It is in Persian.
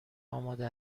آماده